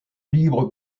libre